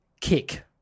kick